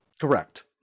Correct